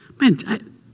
Man